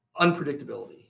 unpredictability